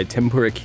Tempura